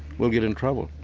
we'll get in trouble.